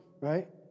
right